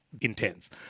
intense